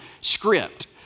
script